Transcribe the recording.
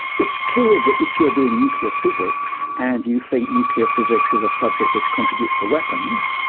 it's clear that if you're doing nuclear physics and you think nuclear physics is a subject which contributes to weapons,